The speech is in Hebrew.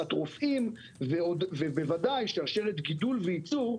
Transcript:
הכשרת רופאים, ובוודאי שרשרת גידול וייצור.